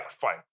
fine